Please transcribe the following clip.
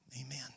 Amen